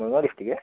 Morigaon ডিষ্টিকে